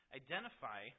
identify